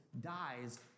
dies